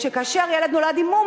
שכאשר ילד נולד עם מום,